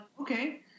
okay